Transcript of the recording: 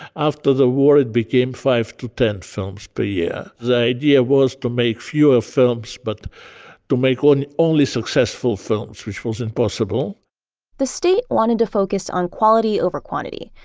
after the war, it became five to ten films per year. the idea was to make fewer films, but to make only successful films, which was impossible the state wanted to focus on quality over quantity,